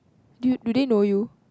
do do they know you